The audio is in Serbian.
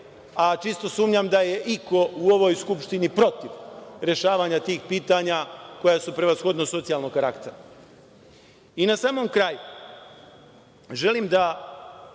a čisti sumnjam da je iko u ovoj Skupštini protiv rešavanja tih pitanja koja su prevashodno socijalnog karaktera. Na samom kraju, želim da